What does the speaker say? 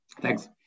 Thanks